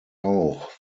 auch